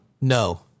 No